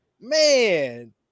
Man